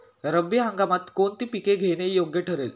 रब्बी हंगामात कोणती पिके घेणे योग्य ठरेल?